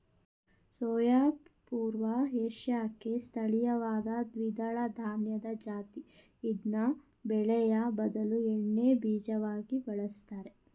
soya ಪೂರ್ವ ಏಷ್ಯಾಕ್ಕೆ ಸ್ಥಳೀಯವಾದ ದ್ವಿದಳಧಾನ್ಯದ ಜಾತಿ ಇದ್ನ ಬೇಳೆಯ ಬದಲು ಎಣ್ಣೆಬೀಜವಾಗಿ ಬಳುಸ್ತರೆ